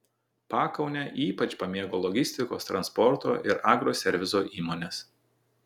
pakaunę ypač pamėgo logistikos transporto ir agroserviso įmonės